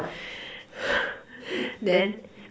then